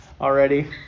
already